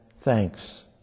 thanks